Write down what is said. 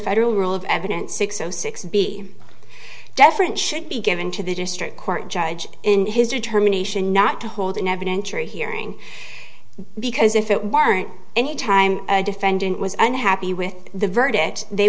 federal rule of evidence six o six b deferent should be given to the district court judge in his determination not to hold an evidentiary hearing because if it weren't any time a defendant was unhappy with the verdict they